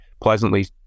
pleasantly